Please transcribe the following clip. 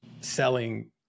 selling